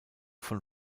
von